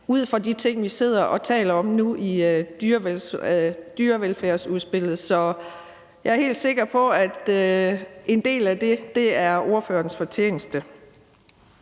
om de ting, vi gør nu, i forbindelse med dyrevelfærdsudspillet. Så jeg er helt sikker på, at en del af det er ordførerens fortjeneste.